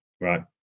right